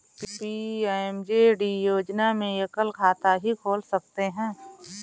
PMJD योजना में एकल खाता ही खोल सकते है